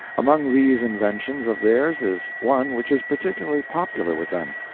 among these inventions of theirs is one which is particularly popular with them.